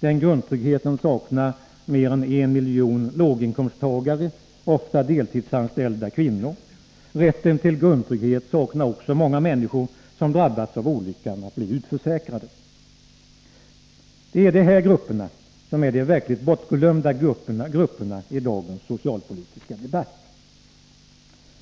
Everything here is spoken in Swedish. Den grundtryggheten saknar mer än en miljon låginkomsttagare — ofta deltidsanställda kvinnor. Rätten till grundtrygghet saknar också många människor som har drabbats av olyckan att bli utförsäkrade. Det är de här grupperna som är de verkligt bortglömda grupperna i dagens socialpolitiska debatt.